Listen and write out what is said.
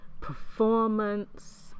performance